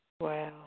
Wow